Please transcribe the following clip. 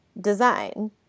design